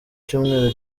cyumweru